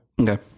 Okay